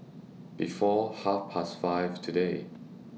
before Half Past five today